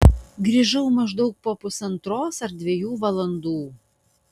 grįžau maždaug po pusantros ar dviejų valandų